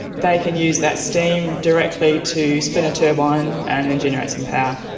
they can use that steam directly to spin a turbine and then generate some power.